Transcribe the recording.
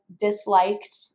disliked